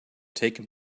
taken